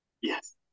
Yes